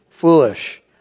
foolish